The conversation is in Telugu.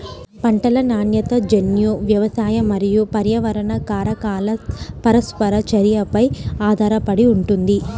పంటల నాణ్యత జన్యు, వ్యవసాయ మరియు పర్యావరణ కారకాల పరస్పర చర్యపై ఆధారపడి ఉంటుంది